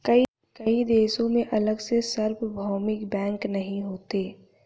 कई देशों में अलग से सार्वभौमिक बैंक नहीं होते